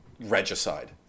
regicide